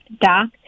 doc